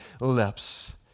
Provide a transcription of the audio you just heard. lips